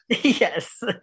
yes